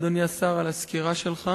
תודה רבה, אדוני השר, על הסקירה שלך.